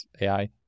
AI